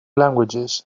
languages